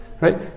Right